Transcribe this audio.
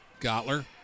Gottler